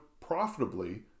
profitably